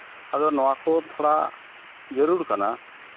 ᱟᱫᱚ ᱱᱚᱣᱟ ᱠᱚ ᱛᱷᱚᱲᱟ ᱡᱟᱹᱨᱩᱲ ᱠᱟᱱᱟ